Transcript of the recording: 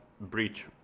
Breach